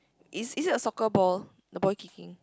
is is it a soccer ball the boy kicking